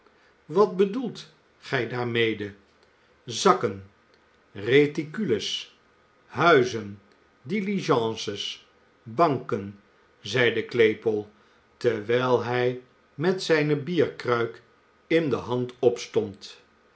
wat bedoelt gij daarmede zakken reticu es huizen diligences banken zeide claypole terwijl hij met zijne bierkruik in de hand opstond